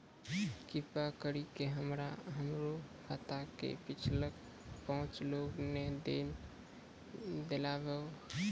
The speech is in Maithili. कृपा करि के हमरा हमरो खाता के पिछलका पांच गो लेन देन देखाबो